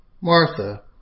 Martha